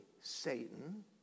Satan